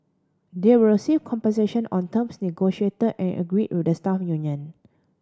they will receive compensation on terms negotiate and agree with the staff union